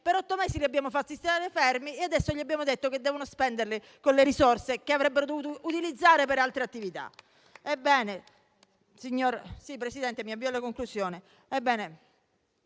per otto mesi li abbiamo fatti stare fermi e adesso gli abbiamo detto che devono usare le risorse che avrebbero dovuto utilizzare per altre attività.